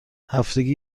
هفتگی